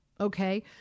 Okay